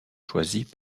choisies